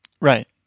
Right